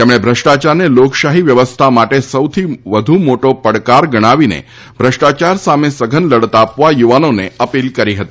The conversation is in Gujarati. તેમણે ભુષ્ટાયારને લોકશાહી વ્યવસ્થા માટે સૌથી વધુ મોટો પડકાર ગણાવીને ભષ્ટાયાર સામે સઘન લડત આપવા યુવાનોને અપીલ કરી હતી